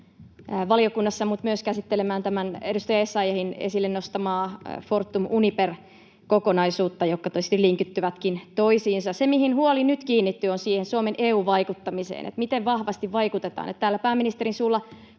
hätäratkaisun että myös tätä edustaja Essayahin esille nostamaa Fortum-Uniper‑kokonaisuutta, jotka tietysti linkittyvätkin toisiinsa. Se, mihin huoli nyt kiinnittyy, on Suomen EU-vaikuttaminen ja se, miten vahvasti vaikutetaan. Täällä pääministerin suulla